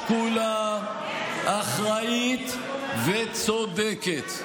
שקולה, אחראית וצודקת.